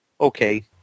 okay